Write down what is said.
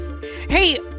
Hey